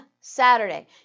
Saturday